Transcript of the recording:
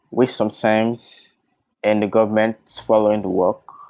which sometimes and the government is following the work,